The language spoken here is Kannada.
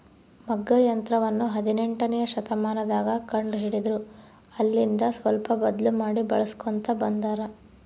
ಮಗ್ಗ ಯಂತ್ರವನ್ನ ಹದಿನೆಂಟನೆಯ ಶತಮಾನದಗ ಕಂಡು ಹಿಡಿದರು ಅಲ್ಲೆಲಿಂದ ಸ್ವಲ್ಪ ಬದ್ಲು ಮಾಡಿ ಬಳಿಸ್ಕೊಂತ ಬಂದಾರ